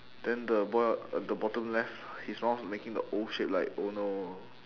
then the boy at the bottom left his mouth is making the O shape like oh no